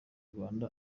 rwanda